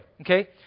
okay